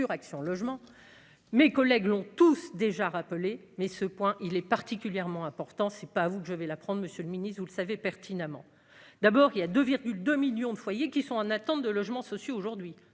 Action Logement. Mes collègues l'ont tous déjà rappelé mais ce point, il est particulièrement important, c'est pas à vous que je vais la prendre Monsieur le Ministre, vous le savez pertinemment, d'abord il y a 2 2 millions de foyers qui sont en attente de logements sociaux aujourd'hui,